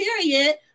period